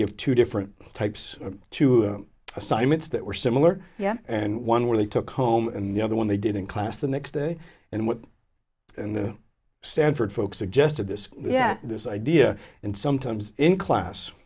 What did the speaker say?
give two different types of assignments that were similar yeah and one where they took home and the other one they did in class the next day and what and the stanford folks suggested this yeah this idea and sometimes in class